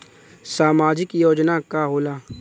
सामाजिक योजना का होला?